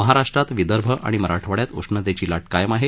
महाराष्ट्रातही विदर्भ आणि मराठवाड्यात उष्णतेची लाट कायम आहे